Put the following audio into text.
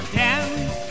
dance